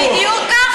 זה בדיוק ככה.